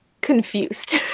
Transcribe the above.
confused